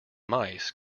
mice